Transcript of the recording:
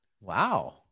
Wow